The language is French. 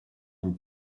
une